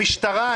המשטרה,